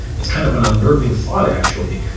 it's kind of an unnerving thought, actually.